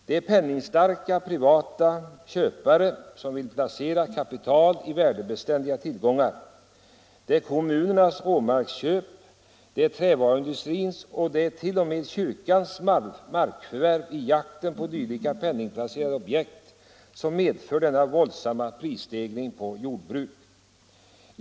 Det är penningstarka privata köpare som vill placera kapital i värdebeständiga tillgångar, det är kommunernas råmarksköp, det är trävaruindustrins och det är t.o.m. kyrkans markförvärv i jakten på dylika penningplacerande objekt som medför denna våldsamma prisstegring på jordbruk.